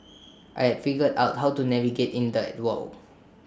I had figured out how to navigate in that world